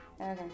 Okay